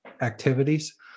activities